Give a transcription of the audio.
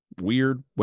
weird